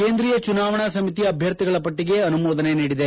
ಕೇಂದ್ರೀಯ ಚುನಾವಣಾ ಸಮಿತಿ ಅಭ್ಯರ್ಥಿಗಳ ಪಟ್ಟಿಗೆ ಅನುಮೋದನೆ ನೀಡಿದೆ